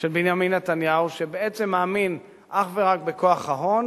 של בנימין נתניהו, שבעצם מאמין אך ורק בכוח ההון